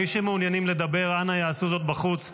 מי שמעוניינים לדבר, אנא יעשו זאת בחוץ.